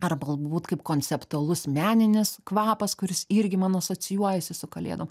ar galbūt kaip konceptualus meninis kvapas kuris irgi man asocijuojasi su kalėdom